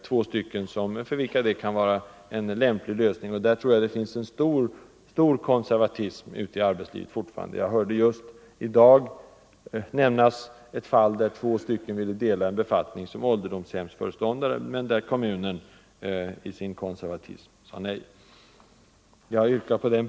Här tror jag att det fortfarande finns en stark konservatism ute i arbetslivet. Jag hörde just i dag nämnas ett fall där två personer ville dela en befattning som ålderdomshemsföreståndare, men där kommunen i sin konservatism sade nej. Herr talman!